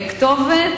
יש לנו כתובת,